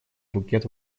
букет